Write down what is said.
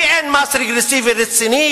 כי אין מס רגרסיבי רציני,